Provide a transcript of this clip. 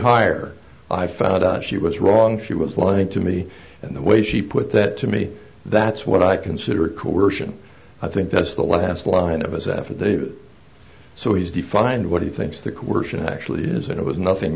higher i found out she was wrong she was lying to me and the way she put that to me that's what i consider coercion i think that's the last line of his affidavit so he's defined what he thinks the question actually is and it was nothing